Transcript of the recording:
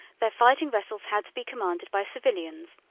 their fighting vessels had to be commanded by civilians,